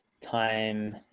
time